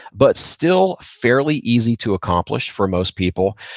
but still fairly easy to accomplish for most people.